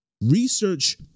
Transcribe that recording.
research